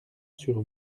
sur